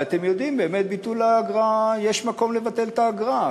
ואתם יודעים, באמת יש מקום לבטל את האגרה.